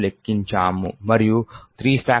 ను లెక్కించాము మరియు 3